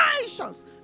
Nations